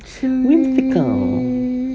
very typical